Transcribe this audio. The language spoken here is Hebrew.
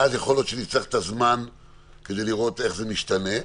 יכול להיות שנצטרך זמן לראות איך זה משתנה,